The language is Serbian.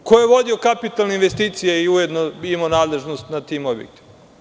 Ko je vodio kapitalne investicije i ujedno imao nadležnost nad tim objektima?